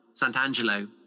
Sant'Angelo